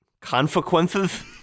consequences